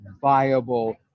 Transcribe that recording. viable